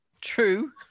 True